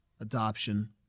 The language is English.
adoption